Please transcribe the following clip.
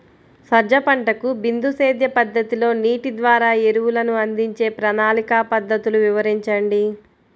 సజ్జ పంటకు బిందు సేద్య పద్ధతిలో నీటి ద్వారా ఎరువులను అందించే ప్రణాళిక పద్ధతులు వివరించండి?